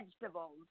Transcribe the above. vegetables